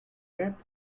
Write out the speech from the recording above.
grabbed